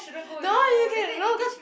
no you can no cause